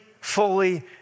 fully